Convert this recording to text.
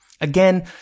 Again